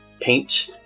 paint